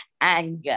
anger